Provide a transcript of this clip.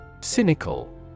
Cynical